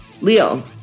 Leo